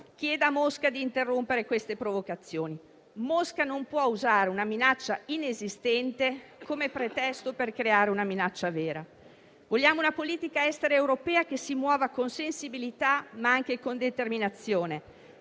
chieda a Mosca di interrompere queste provocazioni. Mosca non può usare una minaccia inesistente come pretesto per creare una minaccia vera. Vogliamo una politica estera europea che si muova con sensibilità, ma anche con determinazione.